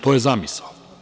To je zamisao.